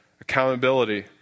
Accountability